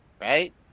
right